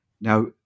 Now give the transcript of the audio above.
Now